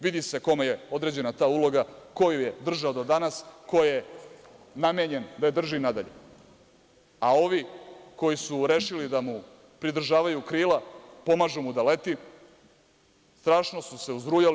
Vidi se kome je određena ta uloga, ko ju je držao do danas, ko je namenjen da je drži nadalje, a ovi koji su rešili da mu pridržavaju krila, pomažu mu da leti, strašno su se uzrujali.